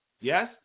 Yes